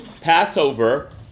Passover